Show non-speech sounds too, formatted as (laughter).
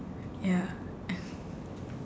ya (breath)